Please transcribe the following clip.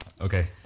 Okay